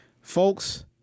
Folks